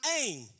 aim